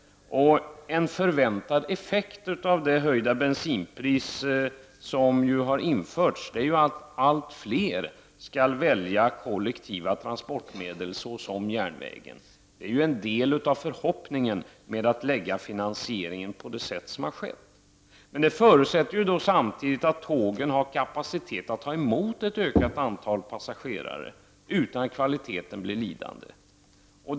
En förväntad effekt av det höjda bensinpris som har införts är att allt fler skall välja kollektiva transportmedel såsom järnvägen. Det är en del av förhoppningen bakom att man lagt finansieringen på det sätt som har skett. Men det förutsätter samtidigt att tågen har kapacitet att ta emot ett ökat antal passagerare utan att kvaliteten blir lidande.